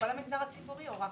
בכל המגזר הציבורי או רק